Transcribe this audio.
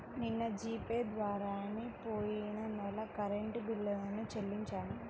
నిన్న G Pay ద్వారానే పొయ్యిన నెల కరెంట్ బిల్లుని చెల్లించాను